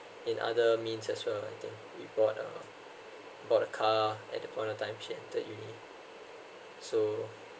in other means as well we bought uh bought a car at the point of time she entereduni so